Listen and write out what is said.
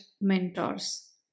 mentors